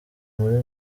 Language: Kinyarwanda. muri